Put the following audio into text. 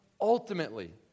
ultimately